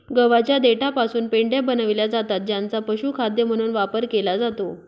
गव्हाच्या देठापासून पेंढ्या बनविल्या जातात ज्यांचा पशुखाद्य म्हणून वापर केला जातो